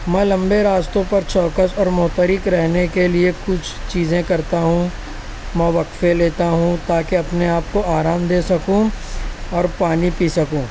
میں لمبے راستوں پر چوکس اور متحرک رہنے کے لئے کچھ چیزیں کرتا ہوں میں وقفے لیتا ہوں تاکہ اپنے آپ کو آرام دے سکوں اور پانی پی سکوں